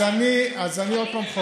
אז אני עוד פעם,